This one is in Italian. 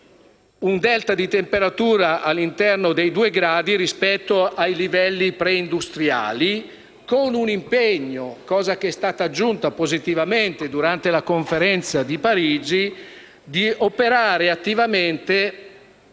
un delta di temperatura all'interno dei 2 gradi rispetto ai livelli preindustriali, con l'impegno, aggiunto positivamente durante la Conferenza di Parigi, di operare attivamente